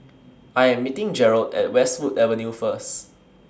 I Am meeting Jerold At Westwood Avenue First